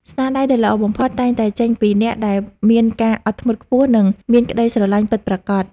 ស្នាដៃដែលល្អបំផុតតែងតែចេញពីអ្នកដែលមានការអត់ធ្មត់ខ្ពស់ និង មានក្តីស្រលាញ់ពិតប្រាកដ។